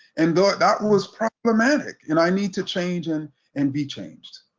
and thought that was problematic and i need to change and and be changed.